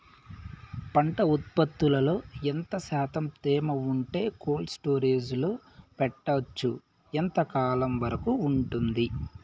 పంట ఉత్పత్తులలో ఎంత శాతం తేమ ఉంటే కోల్డ్ స్టోరేజ్ లో పెట్టొచ్చు? ఎంతకాలం వరకు ఉంటుంది